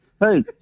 Hey